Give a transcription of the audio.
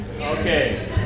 okay